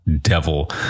devil